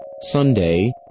Sunday